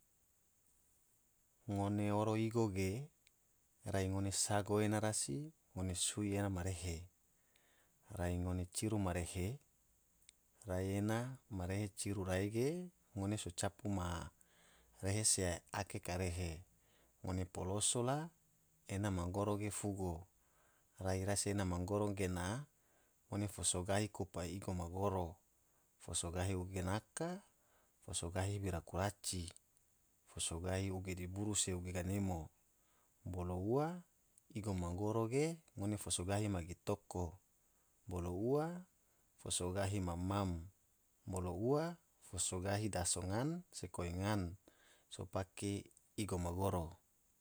Ngone oro igo ge rai ngone sago ena rasi, ngone sui ena ma rehe, rai ngome ciru ma rehe, rai ena ma rehe ciru rai ge ngone so capu ma rehe se ake, karehe ngone poloso la ena ma goro ge fugo, rai rasi ena ma goro gena ngone fo so gahi kupa igo magoro, fo so gahi uge naka, fo so gahi bira kuraci, fo so gahi uge diburu, se uge ganemo, bolo ua igo ma goro ge ngone fo so gahi magi toko, bolo ua fo so gahi mam-mam, bolo ua fo so gahi daso ngan se koi ngan so pake igo ma goro.